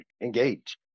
engage